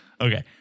Okay